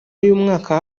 y’umwaka